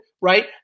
right